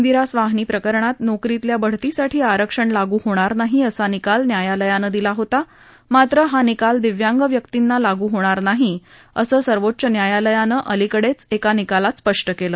दिरा स्वाहनी प्रकरणात नोकरीतल्या बढतीसाठी आरक्षण लागू होणार नाही असा निकाल न्यायलानं दिला होता मात्र हा निकाल दिव्यांग व्यक्तींना लागू होणार नाही असं सर्वोच्च न्यायालयानं अलिकडेच एका निकालात स्पष्ट केलं